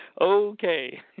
okay